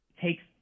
takes